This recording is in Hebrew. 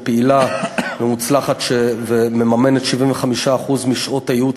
שהיא פעילה ומוצלחת ומממנת 75% משעות הייעוץ